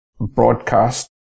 broadcast